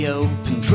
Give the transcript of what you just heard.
open